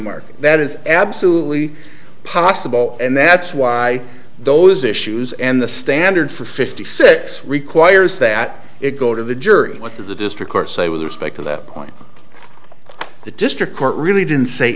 mark that is absolutely possible and that's why those issues and the standard for fifty six requires that it go to the jury what the district courts say with respect to that on the district court really didn't say